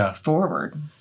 forward